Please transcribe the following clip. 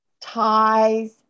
ties